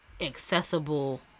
accessible